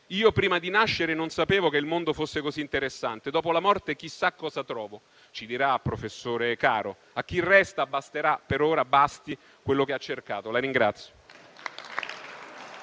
io prima di nascere non sapevo che il mondo fosse così interessante, dopo la morte chissà cosa trovo. Ci dirà, professore caro. A chi resta basti per ora quello che ha cercato. La ringrazio.